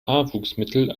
haarwuchsmittel